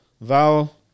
Vowel